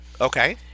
Okay